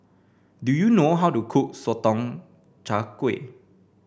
do you know how to cook Sotong Char Kway